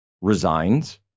resigns